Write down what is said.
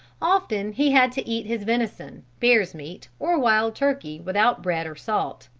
often he had to eat his venison, bear's meat, or wild turkey without bread or salt.